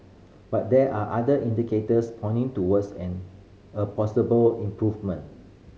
but there are other indicators pointing towards an a possible improvement